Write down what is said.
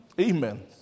Amen